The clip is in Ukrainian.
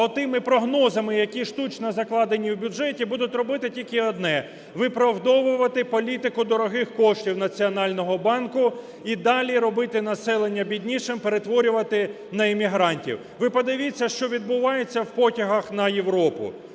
А от тими прогнозами, які штучно закладені в бюджеті, будуть робити тільки одне – виправдовувати політику дорогих коштів Національного банку і далі робити населення біднішим, перетворювати на іммігрантів. Ви подивіться, що відбувається в потягах на Європу.